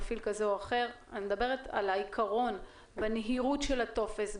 אני שואלת לגבי הנהירות של הטופס,